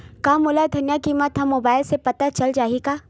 का मोला धनिया किमत ह मुबाइल से पता चल जाही का?